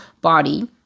body